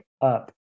up